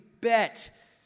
bet